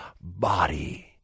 body